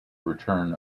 return